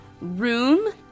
room